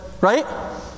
right